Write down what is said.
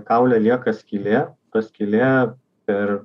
kaule lieka skylė skylė per